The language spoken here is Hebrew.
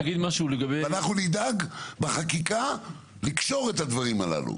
ואנחנו נדאג בחקיקה לקשור את הדברים הללו.